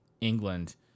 England